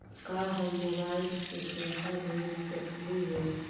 का हम मोबाईल से पैसा भेज सकली हे?